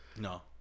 No